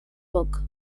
book